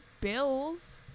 Bills